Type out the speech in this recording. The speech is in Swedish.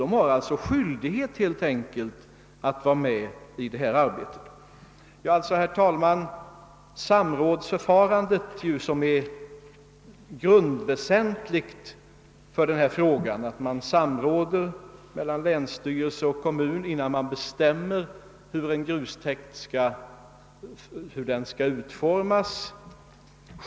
Man har alltså skyldighet att deltaga i detta arbete. Herr talman! Det är väsentligt i denna fråga att ett samråd sker mellan länsstyrelse och kommun innan man bestämmer hur en grustäkt skall utformas.